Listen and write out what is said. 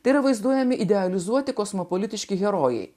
tai yra vaizduojami idealizuoti kosmopolitiški herojai